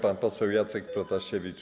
Pan poseł Jacek Protasiewicz,